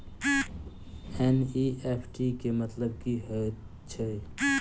NEFT केँ मतलब की हएत छै?